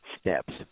steps